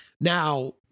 Now